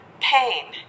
pain